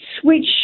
switch